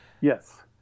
Yes